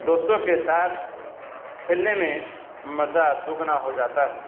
دوستوں کے ساتھ کھیلنے میں مزہ دگنا ہو جاتا ہے